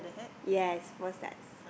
yes for that